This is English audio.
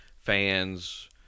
fans